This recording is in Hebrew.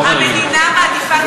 חלילה.